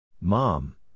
Mom